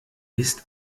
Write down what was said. ist